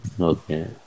Okay